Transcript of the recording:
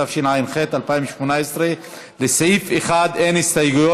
התשע"ח 2018. לסעיף 1 אין הסתייגויות.